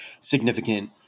significant